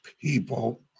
people